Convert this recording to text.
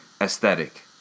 aesthetic